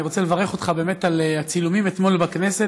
אני באמת רוצה לברך אותך על הצילומים אתמול בכנסת.